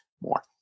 more